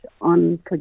on